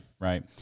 right